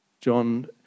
John